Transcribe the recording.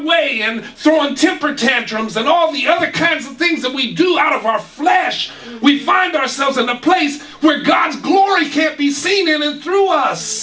way and so on temper tantrums and all the other kinds of things that we do out of our flesh we find ourselves in a place where god's glory can't be seen through us